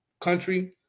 Country